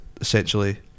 essentially